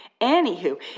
Anywho